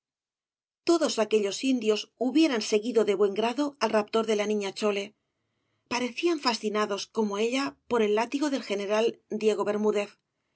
todos aquellos indios hubieran seguido de buen grado al raptor de la niña chole parecían fascinados como ella por el látigo del general diego